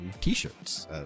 t-shirts